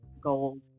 gold